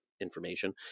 information